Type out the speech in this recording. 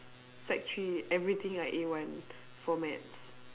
sec three everything I A one for maths